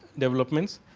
developments